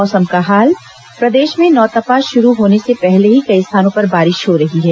मौसम प्रदेश में नौवतपा शुरू होने से पहले ही कई स्थानों पर बारिश हो रही है